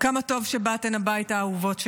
כמה טוב שבאתן הביתה, אהובות שלנו.